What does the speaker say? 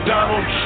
Donald